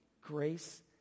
grace